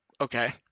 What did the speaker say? okay